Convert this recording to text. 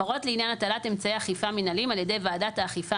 הפרות לעניין הטלת אמצעי אכיפה מנהליים על ידי ועדת האכיפה